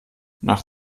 nach